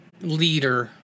leader